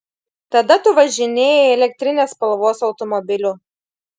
tada tu važinėjai elektrinės spalvos automobiliu